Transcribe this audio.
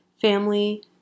family